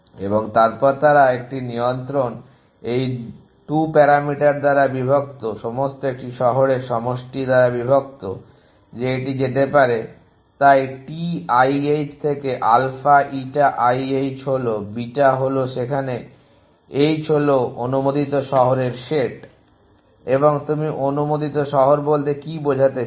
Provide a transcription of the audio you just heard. এবং তারপর তারা একটি নিয়ন্ত্রণ এই 2 প্যারামিটার দ্বারা বিভক্ত সমস্ত একটি শহরের সমষ্টি দ্বারা বিভক্ত যে এটি যেতে পারে তাই T i h থেকে আলফা eta i h হল beta হল যেখানে h হল অনুমোদিত শহরের সেট এবং তুমি অনুমোদিত শহর বলতে কি বোঝাতে চাও